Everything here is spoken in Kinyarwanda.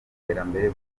n’iterambere